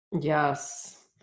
Yes